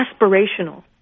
aspirational